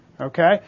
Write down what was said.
okay